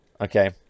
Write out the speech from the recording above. Okay